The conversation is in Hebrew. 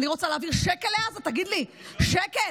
אני רוצה להעביר שקל לעזה, תגיד לי, שקל?